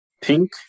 pink